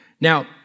Now